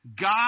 God